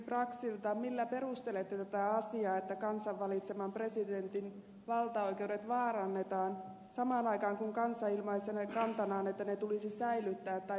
millä perustelette tätä asiaa että kansan valitseman presidentin valtaoikeudet vaarannetaan samaan aikaan kun kansa ilmaisee kantanaan että ne tulisi säilyttää tai mieluummin lisätä niitä